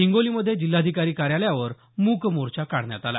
हिंगोलीमध्ये जिल्हाधिकारी कार्यालयावर मूक मोर्चा काढण्यात आला